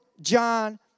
John